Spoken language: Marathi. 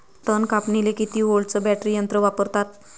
तन कापनीले किती व्होल्टचं बॅटरी यंत्र वापरतात?